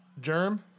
Germ